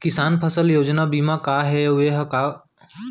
किसान फसल बीमा योजना का हे अऊ ए हा कोन कोन ला मिलिस सकत हे?